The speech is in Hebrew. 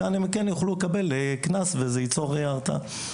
כאן הם כן יוכלו לקבל קנס שייצור הרתעה.